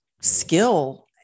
skill